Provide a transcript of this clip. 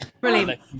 Brilliant